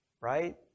right